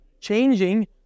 changing